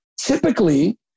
Typically